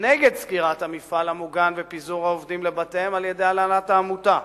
נגד סגירת המפעל המוגן ופיזור העובדים לבתיהם על-ידי הנהלת העמותה.